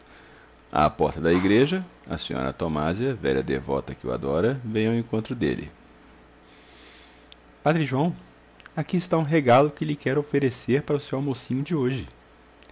à porta da igreja a sra tomásia velha devota que o adora vem ao encontro dele padre joão aqui está um regalo que lhe quero oferecer para o seu almocinho de hoje